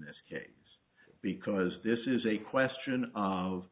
this case because this is a question of